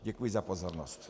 Děkuji za pozornost.